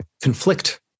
conflict